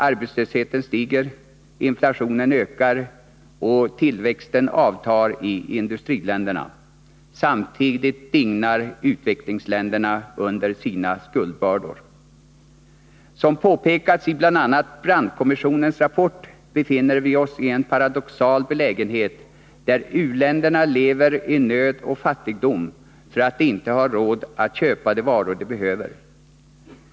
Arbetslösheten stiger, inflationen ökar och tillväxten avtar i industriländerna. Samtidigt dignar utvecklingsländerna under sina skuldbördor. Som påpekats i bl.a. Brandtkommissionens rapport befinner vi oss i en paradoxal belägenhet, där u-länderna lever i nöd och fattigdom, därför att de inte har råd att köpa de varor de behöver.